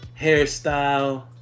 hairstyle